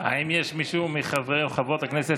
האם יש מישהו מחברי או חברות הכנסת